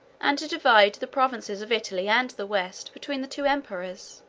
and to divide the provinces of italy and the west between the two emperors.